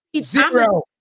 Zero